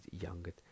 younger